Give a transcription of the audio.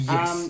Yes